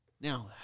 Now